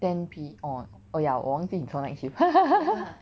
ten P orh oh ya 我忘记你说 night shift